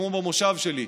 כמו במושב שלי,